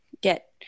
get